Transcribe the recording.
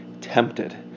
tempted